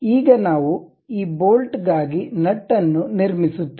ಈಗ ನಾವು ಈ ಬೋಲ್ಟ್ ಗಾಗಿ ನಟ್ ಅನ್ನು ನಿರ್ಮಿಸುತ್ತೇವೆ